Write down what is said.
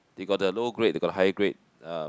they got the low grade they got the higher grade uh